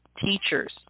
teachers